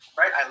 right